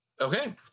okay